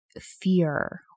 fear